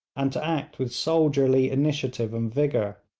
and to act with soldierly initiative and vigour.